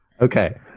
Okay